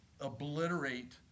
obliterate